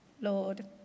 Lord